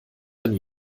dann